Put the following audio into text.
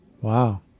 Wow